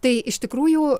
tai iš tikrųjų